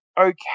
okay